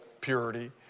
purity